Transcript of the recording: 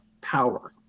power